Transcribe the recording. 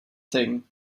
thing